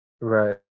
right